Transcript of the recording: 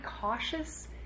cautious